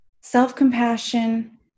self-compassion